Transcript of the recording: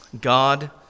God